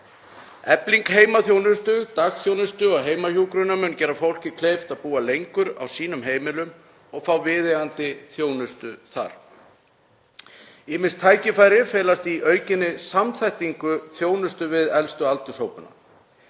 Efling heimaþjónustu, dagþjónustu og heimahjúkrunar mun gera fólki kleift að búa lengur á sínum heimilum og fá viðeigandi þjónustu þar. Ýmis tækifæri felast í aukinni samþættingu þjónustu við elstu aldurshópana.